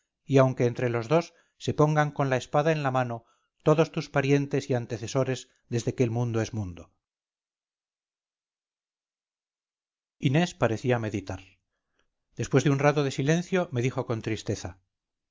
y aunque entre los dos se pongan con la espada en la mano todos tus parientes y antecesores desde que el mundo es mundo inés parecía meditar después de un rato de silencio me dijo con tristeza